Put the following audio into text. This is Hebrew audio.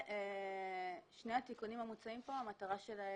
כל התיקונים שמוצעים פה מטרתם